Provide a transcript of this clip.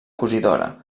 cosidora